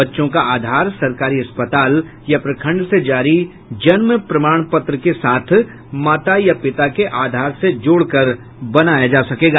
बच्चों का आधार सरकारी अस्पताल या प्रखंड से जारी जन्म प्रमाण पत्र के साथ माता या पिता के आधार से जोड़कर बनाया जा सकेगा